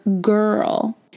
girl